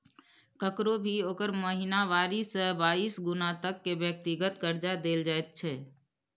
ककरो भी ओकर महिनावारी से बाइस गुना तक के व्यक्तिगत कर्जा देल जाइत छै